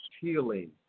healing